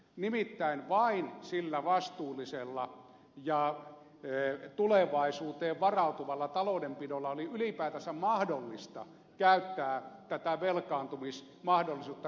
nimittäin vain sillä vastuullisella ja tulevaisuuteen varautuvalla taloudenpidolla oli ylipäätänsä mahdollista käyttää tätä velkaantumismahdollisuutta hyväksi